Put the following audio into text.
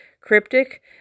cryptic